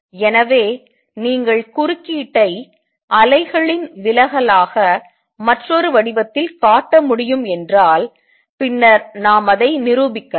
எனவே நீங்கள் குறுக்கீட்டை அலைகளின் விலகலாக மற்றொரு வடிவத்தில் காட்ட முடியும் என்றால் பின்னர் நாம் அதை நிரூபிக்கலாம்